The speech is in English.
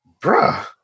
Bruh